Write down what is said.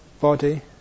body